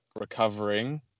recovering